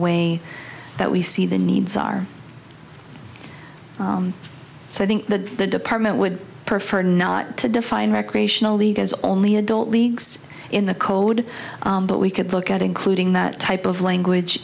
way that we see the needs are so i think that the department would prefer not to define recreational league as only adult leagues in the code but we could look at including that type of language